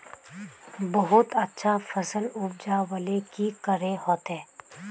बहुत अच्छा फसल उपजावेले की करे होते?